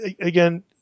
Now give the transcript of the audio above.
again